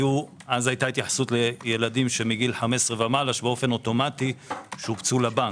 אז הייתה התייחסות לילדים שמגיל 15 ומעלה שאוטומטית שובצו לבנק,